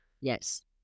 Yes